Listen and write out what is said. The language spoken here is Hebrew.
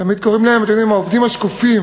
תמיד קוראים להם העובדים השקופים,